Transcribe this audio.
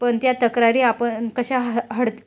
पण त्या तक्रारी आपण कशा ह हडत